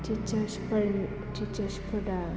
teachers फोरा